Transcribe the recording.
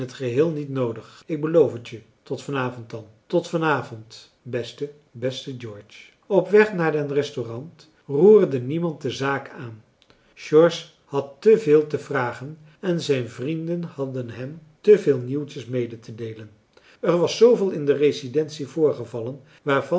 geheel niet noodig ik beloof het je tot van avond dan tot van avond beste beste george op weg naar den restaurant roerde niemand de zaak aan george had te veel te vragen en zijn vrienden hadden hem te veel nieuwtjes medetedeelen er was zooveel in de residentie voorgevallen waarvan